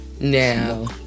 Now